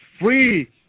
free